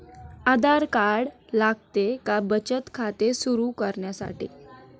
आधार card लागते का बचत खाते सुरू करण्यासाठी?